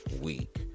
week